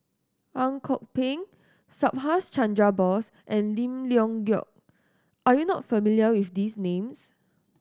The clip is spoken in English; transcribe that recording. Ang Kok Peng Subhas Chandra Bose and Lim Leong Geok are you not familiar with these names